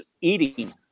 eating